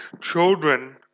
children